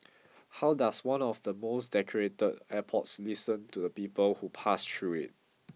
how does one of the most decorated airports listen to the people who pass through it